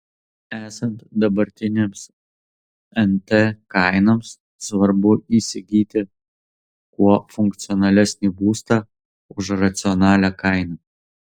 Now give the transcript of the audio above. esant dabartinėms nt kainoms svarbu įsigyti kuo funkcionalesnį būstą už racionalią kainą